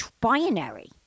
binary